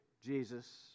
Jesus